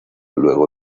luego